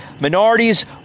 Minorities